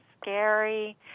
scary